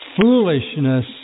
foolishness